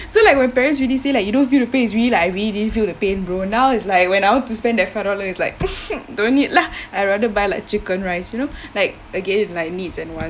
so like when parents really say like you don't feel the pain it's really like I really didn't feel the pain bro now is like when I want to spend that five dollars is like don't need lah I rather buy like chicken rice you know like again like needs and wants